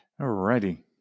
Alrighty